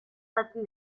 zati